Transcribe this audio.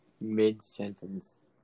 mid-sentence